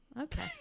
Okay